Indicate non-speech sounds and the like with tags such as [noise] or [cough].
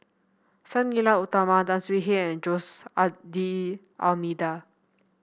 Sang Nila Utama Tan Swie Hian and Jose [unintelligible] D'Almeida